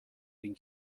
این